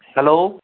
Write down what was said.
hello